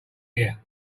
here